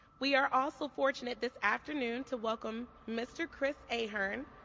we are also fortunate this afternoon to welcome mr. chris a'hern,